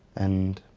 and,